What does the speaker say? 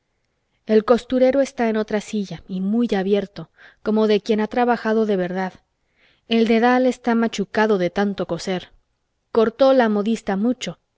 el costurero está en otra silla y muy abierto como de quien ha trabajado de verdad el dedal está machucado de tanto coser cortó la modista mucho